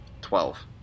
twelve